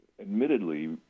admittedly